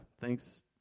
thanks